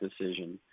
decision